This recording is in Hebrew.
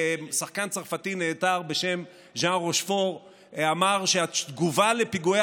שחקן צרפתי נהדר בשם ז'אן רושפור אמר שהתגובה לפיגועי